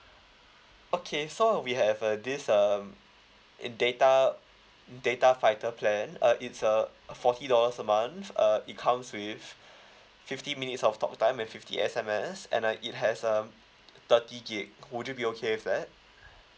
okay so we have uh this um data data fighter plan uh it's uh forty dollars a month uh it comes with fifty minutes of talk time and fifty S_M_S and uh it has um thirty gig would you be okay with that